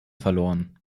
verloren